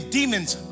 demons